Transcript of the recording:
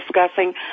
discussing